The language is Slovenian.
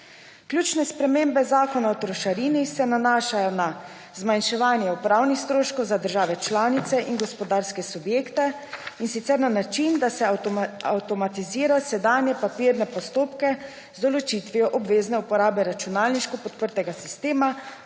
Ključne spremembe Zakona o trošarini se nanašajo na zmanjševanje upravnih stroškov za države članice in gospodarske subjekte, in sicer na način, da se avtomatizirajo sedanji papirni postopki z določitvijo obvezne uporabe računalniško podprtega sistema